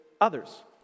others